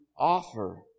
offer